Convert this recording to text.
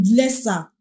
lesser